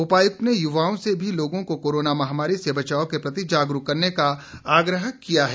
उपायुक्त ने युवाओं से भी लोगों को कोरोना महामारी से बचाव के प्रति जागरूक करने का आग्रह किया है